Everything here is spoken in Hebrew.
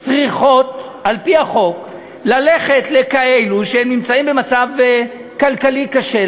צריכות על-פי החוק ללכת לכאלה שנמצאים במצב כלכלי קשה,